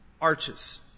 arches